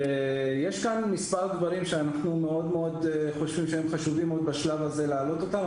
יש מספר דברים שאנחנו חושבים שחשוב מאוד להעלות אותם בשלב הזה.